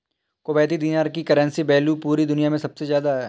Kuwaiti दीनार की currency value पूरी दुनिया मे सबसे ज्यादा है